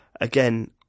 again